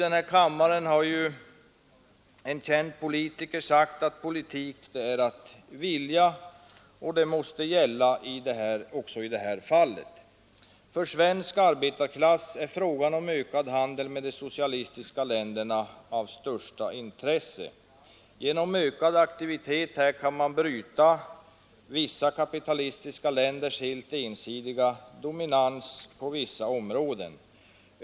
En känd ledamot av denna kammare har sagt: ”Politik är att vilja”, och det gäller också i det här fallet. För svensk arbetarklass är frågan om ökad handel med de socialistiska länderna av största intresse. Genom ökad aktivitet här kan man bryta vissa kapitalistiska länders helt ensidiga dominans på vissa områden.